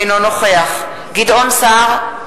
אינו נוכח גדעון סער,